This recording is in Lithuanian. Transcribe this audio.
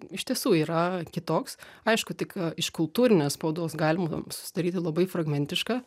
iš tiesų yra kitoks aišku tik iš kultūrinės spaudos galima susidaryti labai fragmentišką